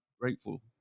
Grateful